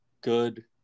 good